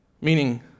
meaning